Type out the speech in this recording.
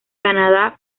canadá